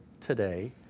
today